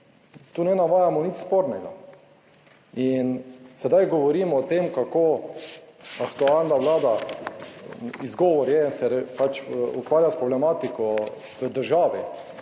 Tu ne navajamo nič spornega. In sedaj govorimo o tem kako aktualna Vlada, izgovor je, se pač ukvarja s problematiko v državi,